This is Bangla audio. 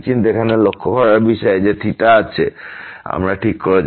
কিন্তু এখানে লক্ষ্য করার বিষয় যে আমাদের আছে আমরা ঠিক করেছি